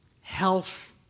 health